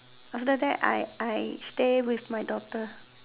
after that I I stay with my daughter